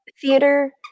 theater